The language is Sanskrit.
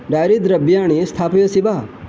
डायरी द्रव्याणि स्थापयसि वा